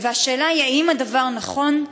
והשאלות הן: 1. האם הדבר נכון?